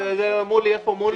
שמולי, איפה מולי?